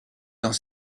dans